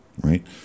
right